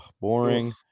boring